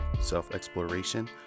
self-exploration